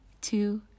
two